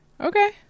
Okay